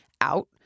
out